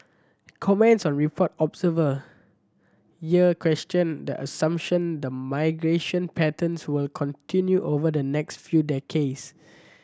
commenting on report observer here questioned the assumption that migration patterns will continue over the next few decades